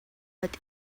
but